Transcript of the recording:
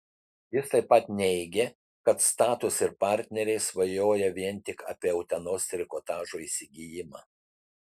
jis taip pat neigė kad status ir partneriai svajoja vien tik apie utenos trikotažo įsigijimą